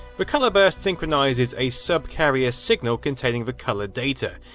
the colourburst synchronises a subcarrier signal containing the colour data.